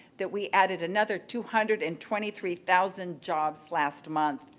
that we added another two hundred and twenty three thousand jobs last month.